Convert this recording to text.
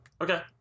Okay